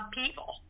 people